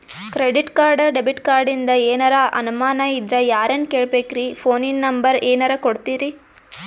Credit card, debit ಕಾರ್ಡಿಂದ ಏನರ ಅನಮಾನ ಇದ್ರ ಯಾರನ್ ಕೇಳಬೇಕ್ರೀ, ಫೋನಿನ ನಂಬರ ಏನರ ಕೊಡ್ತೀರಿ?